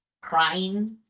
crying